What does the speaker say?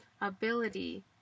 ability